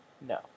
No